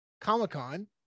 Comic-Con